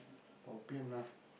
bobian lah